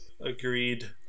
agreed